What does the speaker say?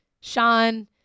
Sean